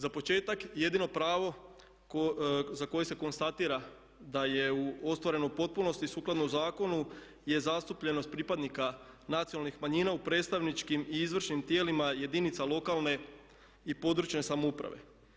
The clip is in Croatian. Za početak jedino pravo za koje se konstatira da je ostvareno u potpunosti sukladno zakonu, je zastupljenost pripadnika nacionalnih manjina u predstavničkim i izvršnim tijelima jedinica lokalne i područne samouprave.